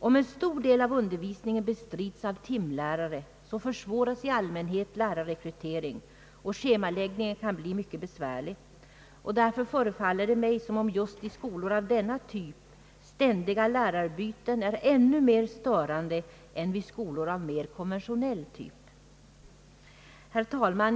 Om en stor del av undervisningen bestrids av timlärare försvåras i allmänhet lärarrekrytering och schemaläggningen kan bli mycket besvärlig. Det förefaller mig därför som om just i skolor av denna typ ständiga lärarbyten är ännu mer störande än i skolor av mer konventionell typ. Herr talman!